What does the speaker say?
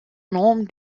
nom